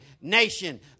nation